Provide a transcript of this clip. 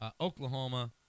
Oklahoma